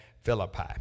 Philippi